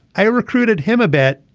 i recruited him a bit.